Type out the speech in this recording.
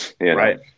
Right